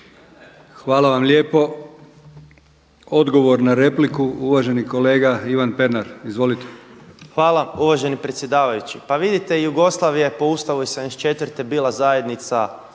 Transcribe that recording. Hvala vam lijepo. Odgovor na repliku uvaženi kolega Ivan Pernar. Izvolite **Pernar, Ivan (Živi zid)** Hvala uvaženi predsjedavajući. Pa vidite Jugoslavija je po Ustavu iz 74. bila zajednica